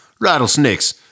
Rattlesnakes